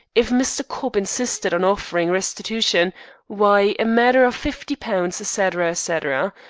if mr. cobb insisted on offering restitution why, a matter of fifty pounds, etc. etc.